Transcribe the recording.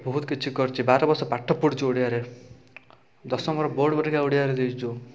ବହୁତ କିଛି କରିଛି ବାର ବର୍ଷ ପାଠ ପଢ଼ିଛି ଓଡ଼ିଆରେ ଦଶମର ବୋର୍ଡ଼ ପରୀକ୍ଷା ଓଡ଼ିଆରେ ଦେଇଛୁ